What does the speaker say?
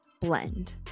blend